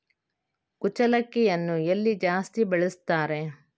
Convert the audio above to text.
ಕುಚ್ಚಲಕ್ಕಿಯನ್ನು ಎಲ್ಲಿ ಜಾಸ್ತಿ ಬೆಳೆಸ್ತಾರೆ?